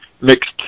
mixed